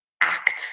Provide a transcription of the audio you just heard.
act